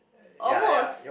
almost